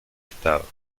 estado